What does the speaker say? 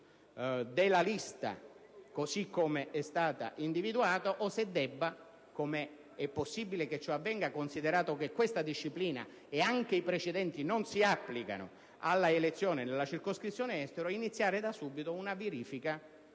della lista così come è stata individuata o se debba - come è possibile che avvenga, considerato che questa normativa e anche i precedenti non si applicano alla elezione nella circoscrizione Estero - iniziare subito una verifica